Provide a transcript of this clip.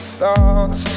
thoughts